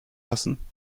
lassen